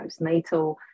postnatal